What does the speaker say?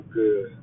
good